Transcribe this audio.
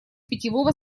питьевого